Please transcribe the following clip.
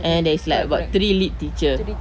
and there is like about three lead teacher